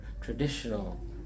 traditional